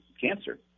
cancer